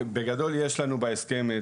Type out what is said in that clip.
בגדול יש לנו בהסכם,